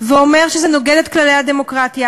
ואומר שזה נוגד את כללי הדמוקרטיה,